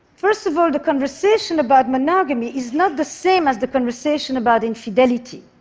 first of all, the conversation about monogamy is not the same as the conversation about infidelity.